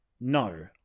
No